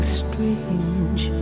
strange